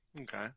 Okay